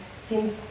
seems